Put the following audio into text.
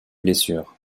blessures